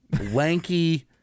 lanky